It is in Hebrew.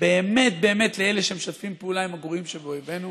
באמת באמת לאלה שמשתפים פעולה עם הגרועים שבאויבינו,